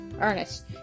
Ernest